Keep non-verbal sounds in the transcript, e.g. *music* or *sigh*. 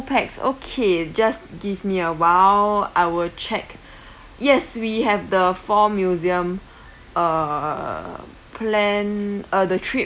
pax okay just give me a while I will check *breath* yes we have the four museum uh plan uh the trip